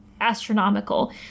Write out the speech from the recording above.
astronomical